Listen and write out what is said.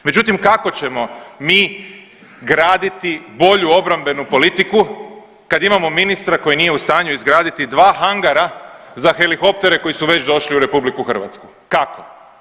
Međutim, kako ćemo mi graditi bolju obrambenu politiku kad imamo ministra koji nije u stanju izgraditi dva hangara za helikoptere koji su već došli u RH, kako?